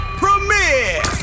premiere